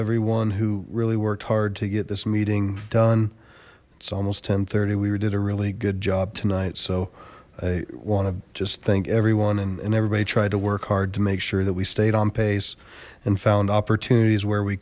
everyone who really worked hard to get this meeting done it's almost we were did a really good job tonight so i want to just thank everyone and everybody tried to work hard to make sure that we stayed on pace and found opportunities where we